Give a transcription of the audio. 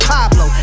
Pablo